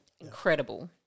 Incredible